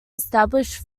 established